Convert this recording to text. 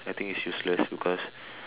I think it's useless because